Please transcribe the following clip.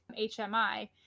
hmi